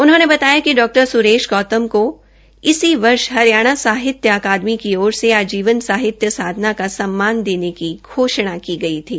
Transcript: उन्होंने बताया कि डॉ सुरेश गौतम को इसी वर्ष हरियाणा साहित्य अकादमी की ओर से आजीवन साहित्य साधना का सम्मान देने की घोषणा की गई थी